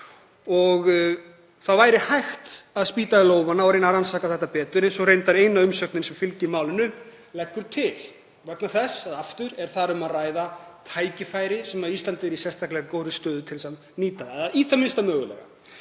og það væri hægt að spýta í lófana og reyna að rannsaka þetta betur eins og reyndar eina umsögnin sem fylgir málinu leggur til vegna þess að þarna er um að ræða tækifæri sem Ísland er í sérstaklega góðri stöðu til að nýta eða í það minnsta er það mögulegt.